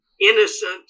innocent